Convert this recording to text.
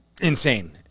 Insane